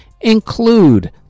include